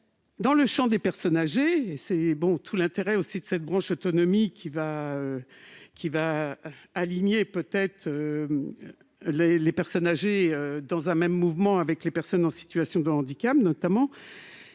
Dans le champ des personnes âgées- c'est tout l'intérêt de cette branche autonomie, qui va aligner les personnes âgées dans un même mouvement avec les personnes en situation de handicap -et